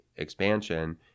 expansion